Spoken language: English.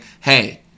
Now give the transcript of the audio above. hey